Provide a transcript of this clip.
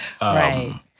Right